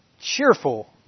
cheerful